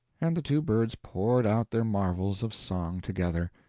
and the two birds poured out their marvels of song together.